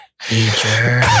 Teacher